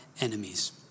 enemies